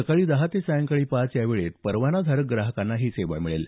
सकाळी दहा ते सायंकाळी पाच या वेळेत परवानाधारक ग्राहकांना ही सेवा मिळेल